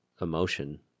emotion